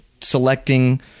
selecting